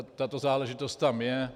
Tato záležitost tam je.